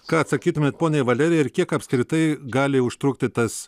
ką atsakytumėt poniai valerijai ir kiek apskritai gali užtrukti tas